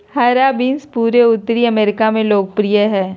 हरा बीन्स पूरे उत्तरी अमेरिका में लोकप्रिय हइ